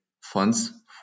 funds